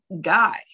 guy